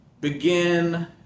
begin